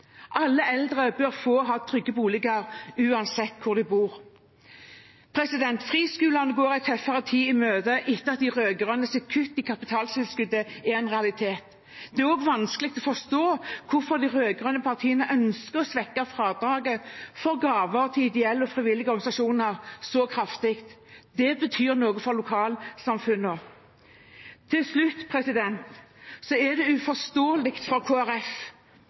Alle eldre bør få ha trygge boliger uansett hvor de bor. Friskolene går en tøffere tid i møte etter at de rød-grønnes kutt i kapitaltilskuddet er en realitet. Det er også vanskelig å forstå hvorfor de rød-grønne partiene ønsker å svekke fradraget for gaver til ideelle og frivillige organisasjoner så kraftig. Det betyr noe for lokalsamfunnene. Til slutt: Det er uforståelig for